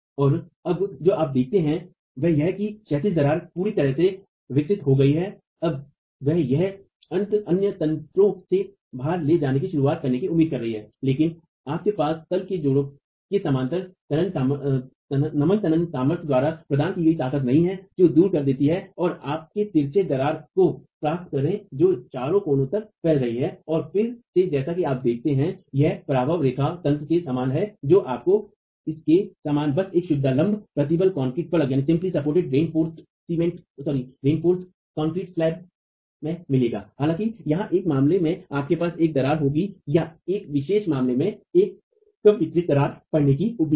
और अब जो आप देखते हैं वह यह है कि क्षैतिज दरार पूरी तरह से विकसित हो गई है अब वह अन्य तंत्रों से भार ले जाने की शुरुआत करने की उम्मीद कर रही है लेकिन आपके पास तल के जोड़ों के समानांतर नमन तन्य सामर्थ्य द्वारा प्रदान की गई ताकत नहीं है जो दूर कर देती है और आप तिरछे दरार को प्राप्त करें जो चार कोनों तक फ़ैल रही है और फिर से जैसा कि आप देखते हैं यह पराभव रेखा तंत्र के समान है जो आपको इसके समान बस एक शुद्धालम्ब प्रबलित कंक्रीट फलक में मिलेगाहालांकि यहां इस मामले में आपके पास एक दरार होगी या इस विशेष मामले में एक कम वितरित दरार पड़ने की उम्मीद है